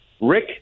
Rick